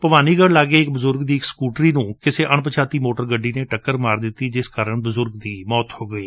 ਭਵਾਨੀਗੜੁ ਲਾਗੇ ਇਕ ਬਜੁਰਗ ਦੀ ਸਕੂਟਰੀ ਨੂੰ ਕਿਸੇ ਅਣ ਪਛਾਤੀ ਮੋਟਰ ਗੱਡੀ ਨੇ ਟਕੱਰ ਮਾਰ ਦਿੱਡੀ ਜਿਸ ਕਾਰਨ ਬਜੁਰਗ ਦੀ ਮੌਤ ਹੋ ਗਈ